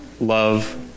love